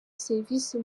serivisi